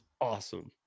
awesome